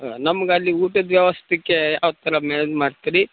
ಹಾಂ ನಮ್ಗೆ ಅಲ್ಲಿ ಊಟದ ವ್ಯವಸ್ಥೆಗೆ ಯಾವ್ತರ ಮ್ಯಾನೇಜ್ ಮಾಡ್ತೀರಿ